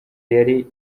yari